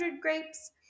grapes